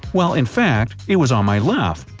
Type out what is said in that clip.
while in fact it was on my left.